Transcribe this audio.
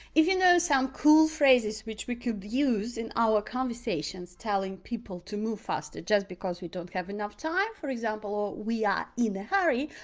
if you know some cool phrases which we could use in our conversations telling people to move faster just because we don't have enough time, for example, we are in a hurry,